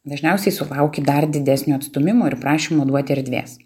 dažniausiai sulauki dar didesnio atstūmimo ir prašymo duoti erdvės